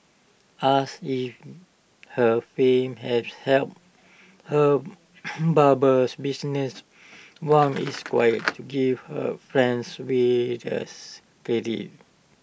asked if her fame has helped her barber business Wang is quick to give her friends way credit